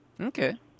Okay